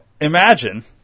imagine